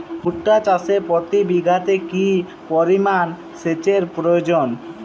ভুট্টা চাষে প্রতি বিঘাতে কি পরিমান সেচের প্রয়োজন?